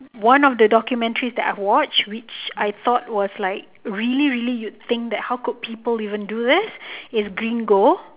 one of the documentaries that I've watched which I thought was like really really you think that how could people even do that is gringo